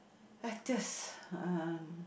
actors um